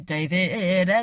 David